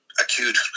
acute